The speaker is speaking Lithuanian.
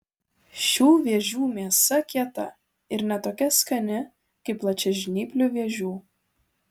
šių vėžių mėsa kieta ir ne tokia skani kaip plačiažnyplių vėžių